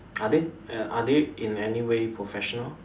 are they uh are they in any way professional